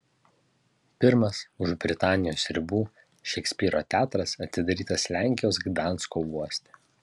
pirmas už britanijos ribų šekspyro teatras atidarytas lenkijos gdansko uoste